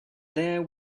there